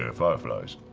ah fireflies.